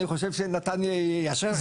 אני חושב שנתן יאשר את זה.